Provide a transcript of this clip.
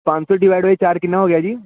ਪੰਜ ਸੌ divide by ਚਾਰ ਕਿੰਨਾ ਹੋ ਗਿਆ ਜੀ